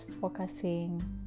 focusing